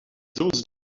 those